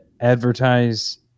advertise